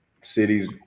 cities